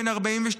בן 42,